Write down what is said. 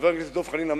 חבר הכנסת דב חנין,